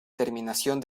terminación